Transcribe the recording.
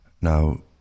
Now